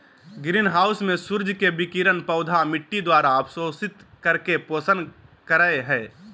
green house में सूर्य के विकिरण पौधा मिट्टी द्वारा अवशोषित करके पोषण करई हई